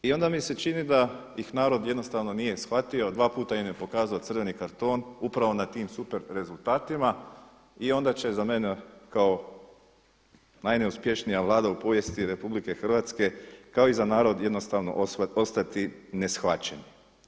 I onda mi se čini da ih narod jednostavno nije shvatio, dva puta im je pokazao crveni karton upravo na tim super rezultatima i onda će se za mene kao na j neusp j ešni j a Vlada u povijesti RH kao i za narod jednostavno ostati neshvaćen.